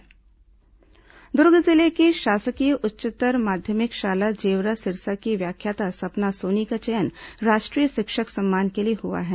शिक्षक सम्मान दुर्ग जिले की शासकीय उच्चतर माध्यमिक शाला जेवरा सिरसा की व्याख्याता सपना सोनी का चयन राष्ट्रीय शिक्षक सम्मान के लिए हुआ है